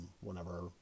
whenever